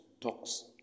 talks